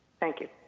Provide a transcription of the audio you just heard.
thank you.